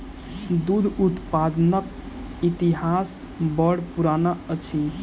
दूध उत्पादनक इतिहास बड़ पुरान अछि